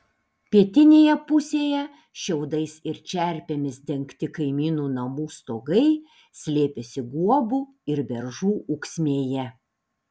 pietinėje pusėje šiaudais ir čerpėmis dengti kaimynų namų stogai slėpėsi guobų ir beržų ūksmėje